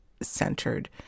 centered